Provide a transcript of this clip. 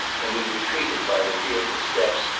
and we retreated by the fearful steps,